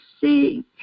see